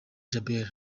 djabel